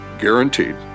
guaranteed